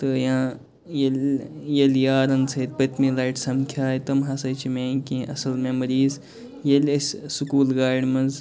تہٕ یا ییٚلہِ ییٚلہِ یارَن سۭتۍ پٔتمہِ لَٹہِ سَمکھٲے تِم ہسا چھِ میٲنۍ کیٚنٛہہ اصٕل میٚمریٖز ییٚلہِ أسۍ سکوٗل گاڑِ منٛز